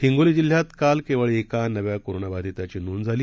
हिंगोलीजिल्ह्यातकालकेवळएकानव्याकोरोनाबाधिताचीनोंदझाली